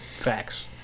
Facts